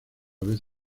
vez